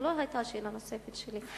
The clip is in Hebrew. זו לא היתה שאלה נוספת שלי.